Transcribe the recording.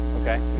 okay